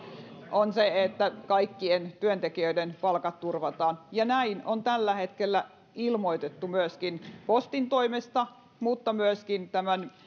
on se että kaikkien työntekijöiden palkat turvataan ja näin on tällä hetkellä ilmoitettu myöskin postin toimesta mutta myöskin tämän